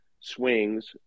swings